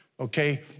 Okay